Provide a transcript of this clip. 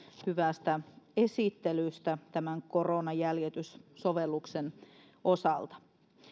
hyvästä esittelystä tämän koronajäljityssovelluksen osalta